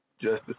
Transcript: Justice